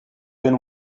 been